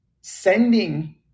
sending